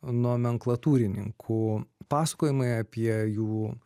nomenklatūrininkų pasakojimai apie jų